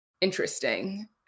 interesting